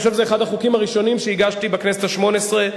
אני חושב שזה אחד החוקים הראשונים שהגשתי בכנסת השמונה-עשרה.